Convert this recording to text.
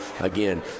again